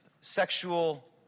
sexual